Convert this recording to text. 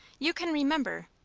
you can remember